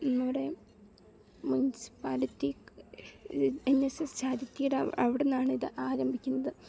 ഇവിടെ municipality N S S ചാരിറ്റിയുടെ അവിടെനിന്നാണ് ഇത് ആരംഭിക്കുന്നത്